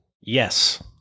Yes